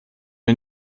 wir